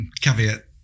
caveat